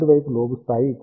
మొదటి వైపు లోబ్ స్థాయి